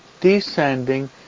descending